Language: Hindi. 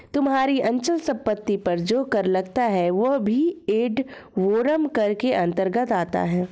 तुम्हारी अचल संपत्ति पर जो कर लगता है वह भी एड वलोरम कर के अंतर्गत आता है